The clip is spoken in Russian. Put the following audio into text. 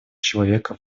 человека